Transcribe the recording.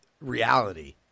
reality